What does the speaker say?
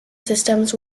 systems